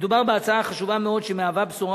מדובר בהצעה חשובה מאוד שמהווה בשורה